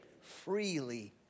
freely